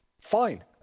fine